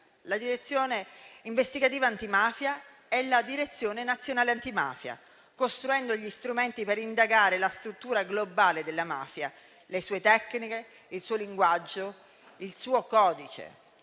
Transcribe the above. la Direzione investigativa antimafia e la Direzione nazionale antimafia, costruendo gli strumenti per indagare la struttura globale della mafia, le sue tecniche, il suo linguaggio, il suo codice.